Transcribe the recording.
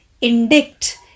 Indict